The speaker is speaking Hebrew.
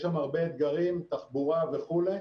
יש שם הרבה אתגרים, תחבורה וכולי.